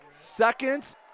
Second